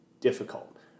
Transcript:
difficult